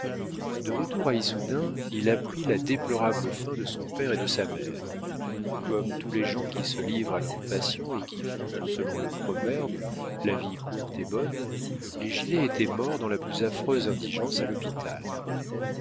de retour à issoudun il apprit la déplorable fin de son père et de sa mère comme tous les gens qui se livrent à leurs passions et qui font selon le proverbe la vie courte et bonne les gilet étaient morts dans la plus affreuse indigence à l'hôpital